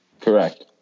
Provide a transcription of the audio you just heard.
Correct